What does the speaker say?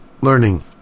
learning